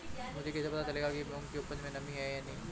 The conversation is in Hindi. मुझे कैसे पता चलेगा कि मूंग की उपज में नमी नहीं है?